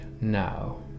now